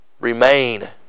remain